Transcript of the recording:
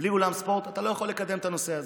בלי אולם ספורט אתה לא יכול לקדם את הנושא הזה.